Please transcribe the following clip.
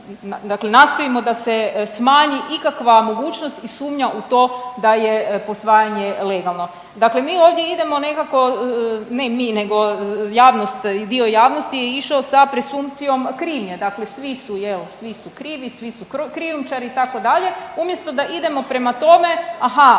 dakle nastojimo da se smanji ikakva mogućnost i sumnja u to da je posvajanje legalno. Dakle, mi ovdje idemo nekako, ne mi nego javnost i dio javnosti je išao sa presumpcijom krivnje, dakle svi su jel, svi su krivi, svi su krijumčari itd. umjesto da idemo prema tome aha